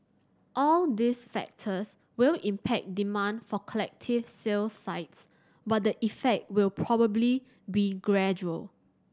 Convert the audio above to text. all these factors will impact demand for collective sale sites but the effect will probably be gradual